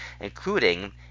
including